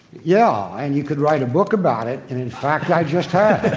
yeah. and you could write a book about it. and in fact, i just have.